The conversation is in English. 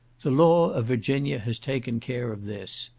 the law of virginia has taken care of this.